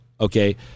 okay